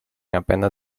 apenas